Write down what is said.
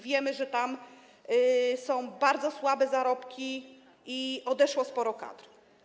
Wiemy, że tam są bardzo słabe zarobki i odeszło sporo osób z kadry.